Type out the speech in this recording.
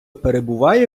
перебуває